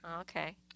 Okay